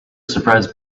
surprise